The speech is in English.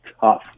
tough